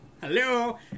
Hello